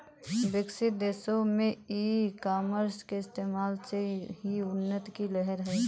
विकसित देशों में ई कॉमर्स के इस्तेमाल से ही उन्नति की लहर है